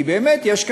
כי באמת יש כאן,